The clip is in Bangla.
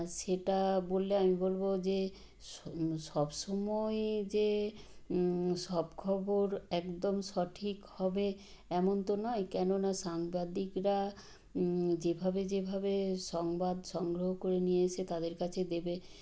সেটা বললে আমি বলব যে সো সব সময় যে সব খবর একদম সঠিক হবে এমন তো নয় কেন না সাংবাদিকরা যেভাবে যেভাবে সংবাদ সংগ্রহ করে নিয়ে এসে তাদের কাছে দেবে